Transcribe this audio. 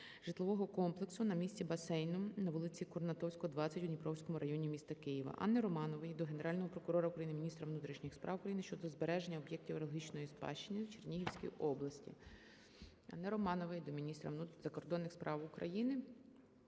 житлового комплексу на місці басейну на вулиці Курнатовського, 20 у Дніпровському районі міста Києва. Анни Романової до Генерального прокурора України, міністра внутрішніх справ України щодо збереження об'єктів археологічної спадщини в Чернігівській області. Анни Романової до міністра закордонних справ України